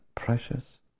precious